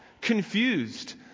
confused